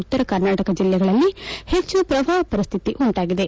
ಉತ್ತರ ಕರ್ನಾಟಕ ಜಿಲ್ಲೆಗಳಲ್ಲಿ ಹೆಚ್ಚು ಪ್ರವಾಹ ಪರಿಸ್ಥಿತಿ ಉಂಟಾಗಿದೆ